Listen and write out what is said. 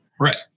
Right